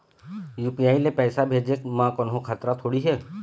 UPI ले पैसे भेजे म कोन्हो खतरा थोड़ी हे?